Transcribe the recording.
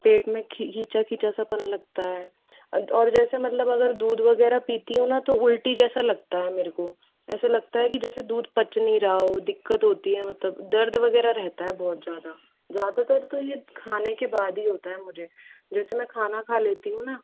पेट में खींचा खींचा सपन लगता है और जैसे मतलब अगर दूध वगैरह पीती हो ना तो उल्टी जैसा लगता है मेरे को ऐसा लगता है की जैसे दूध पञ्च नहीं रहा हो दिक्कत होती है मतलब दर्द वगैरह रहता है बहुत ज़्यादा ज्यादातर तो ये खाने के बाद ही होता है मुझे जैसे मैं खाना खा लेती हूँ ना